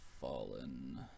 fallen